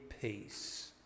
peace